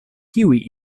kiuj